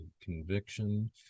conviction